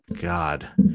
God